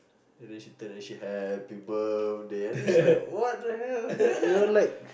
and then she turn and she like happy birthday and then like she what the hell you know like